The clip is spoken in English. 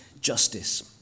justice